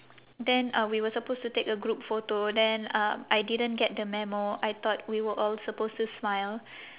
then uh we were supposed to take a group photo then uh I didn't get the memo I thought we were all supposed to smile